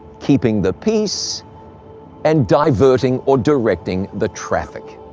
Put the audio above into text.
keeping the peace and diverting or directing the traffic.